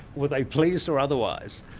were they pleased or otherwise?